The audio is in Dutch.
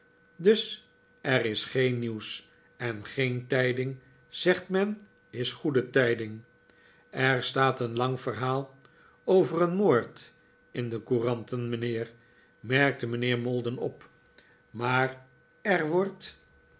us er is geen nieuws en geen tijding zegt men is goede tijding er staat een lang verhaal van een moord in de couranten mijnheer merkte mijnheer maldon op maar er wordt